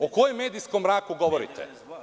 O kojem medijskom mraku govorite?